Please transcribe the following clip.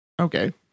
Okay